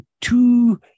two